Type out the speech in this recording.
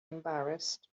embarrassed